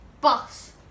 bus